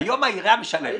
היום העירייה משלמת.